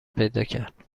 پیداکرد